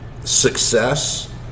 success